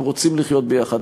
אנחנו רוצים לחיות ביחד.